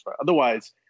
Otherwise